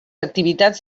activitats